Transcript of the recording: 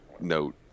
note